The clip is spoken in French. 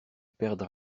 perdre